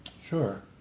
Sure